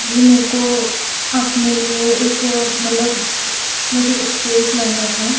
जी मेरे को अपने लिए एक मतलब मुझे एक केस लड़ना था